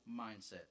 mindset